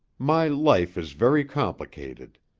my life is very complicated.